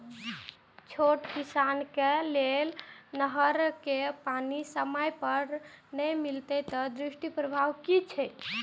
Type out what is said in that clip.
छोट किसान के लेल नहर के पानी समय पर नै मिले के दुष्प्रभाव कि छै?